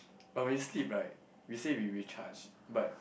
but when you sleep right we say we recharged but